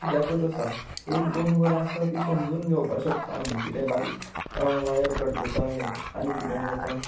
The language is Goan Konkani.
कित्याकच आसा एक दोन वरां आसा तीं समजून घेवपा शकता आमी कितेंय बारीक वायर कट जाता आनी कितें जाता